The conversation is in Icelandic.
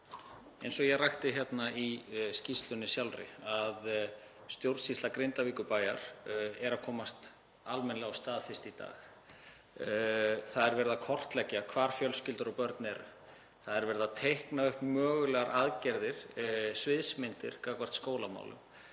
Eins og ég rakti hérna í skýrslunni sjálfri er stjórnsýsla Grindavíkurbæjar að komast almennilega af stað fyrst í dag. Það er verið að kortleggja hvar fjölskyldur og börn eru. Það er verið að teikna upp mögulegar aðgerðir, sviðsmyndir í skólamálum.